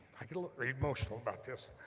i get very emotional about this